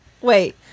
Wait